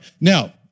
now